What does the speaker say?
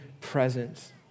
presence